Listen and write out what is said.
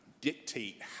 dictate